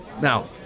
now